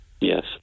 Yes